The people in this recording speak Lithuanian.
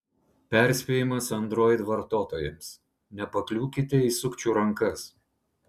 perspėjimas android vartotojams nepakliūkite į sukčių rankas